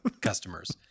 customers